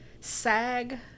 SAG